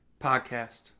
podcast